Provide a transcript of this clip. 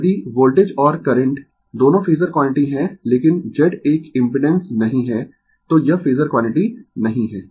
यदि वोल्टेज और करंट दोनों फेजर क्वांटिटी है लेकिन Z एक इम्पिडेंस नहीं है तो यह फेजर क्वांटिटी नहीं है